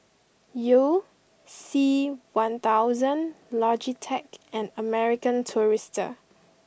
you C one thousand Logitech and American Tourister